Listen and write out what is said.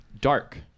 dark